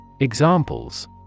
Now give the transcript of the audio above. Examples